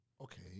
Okay